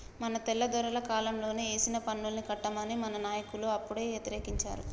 మన తెల్లదొరల కాలంలోనే ఏసిన పన్నుల్ని కట్టమని మన నాయకులు అప్పుడే యతిరేకించారు